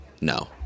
No